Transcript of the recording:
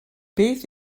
beth